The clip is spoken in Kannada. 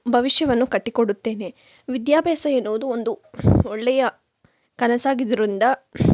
ಭವಿಷ್ಯವನ್ನು ಕಟ್ಟಿಕೊಡುತ್ತೇನೆ ವಿದ್ಯಾಭ್ಯಾಸ ಎನ್ನುವುದು ಒಂದು ಒಳ್ಳೆಯ ಕನಸಾಗಿದ್ರಿಂದ